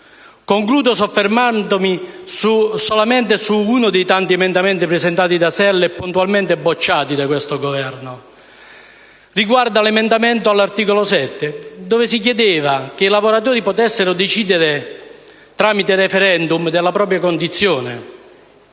Concludo soffermandomi su uno dei tanti emendamenti presentati da SEL e puntualmente bocciato da questo Governo. Mi riferisco all'emendamento all'articolo 7 con il quale si chiedeva che i lavoratori potessero decidere tramite *referendum* della propria condizione.